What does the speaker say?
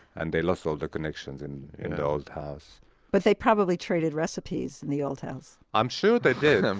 and they lost all their connections in in the old house but they probably traded recipes in the old house i'm sure they did. um